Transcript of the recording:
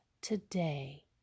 today